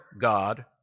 God